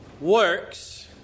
works